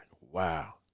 wow